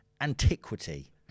antiquity